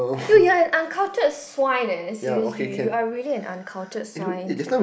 dude you're an uncultured swine leh seriously you are really an uncultured swine